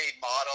model